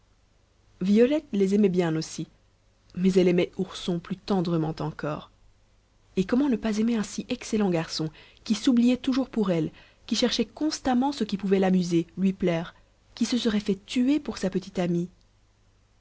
violette les aimait bien aussi mais elle aimait ourson plus tendrement encore et comment ne pas aimer un si excellent garçon qui s'oubliait toujours pour elle qui cherchait constamment ce qui pouvait l'amuser lui plaire qui se serait fait tuer pour sa petite amie